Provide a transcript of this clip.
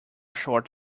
short